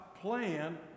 plan